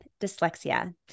dyslexia